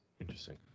interesting